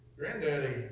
Granddaddy